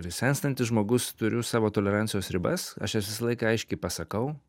ir senstantis žmogus turiu savo tolerancijos ribas aš jas visą laiką aiškiai pasakau